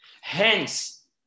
Hence